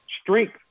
strength